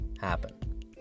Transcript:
happen